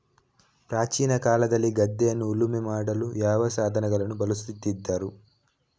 ಪ್ರಾಚೀನ ಕಾಲದಲ್ಲಿ ಗದ್ದೆಯನ್ನು ಉಳುಮೆ ಮಾಡಲು ಯಾವ ಸಾಧನಗಳನ್ನು ಬಳಸುತ್ತಿದ್ದರು?